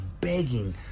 begging